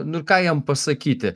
nu ir ką jam pasakyti